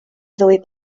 ddwy